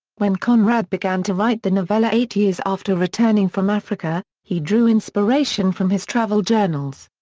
when conrad began to write the novella eight years after returning from africa, he drew inspiration from his travel journals.